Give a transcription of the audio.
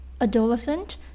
adolescent